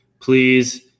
please